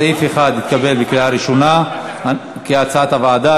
סעיף 1 התקבל כהצעת הוועדה.